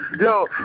Yo